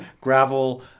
gravel